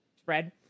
spread